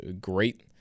great